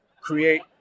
create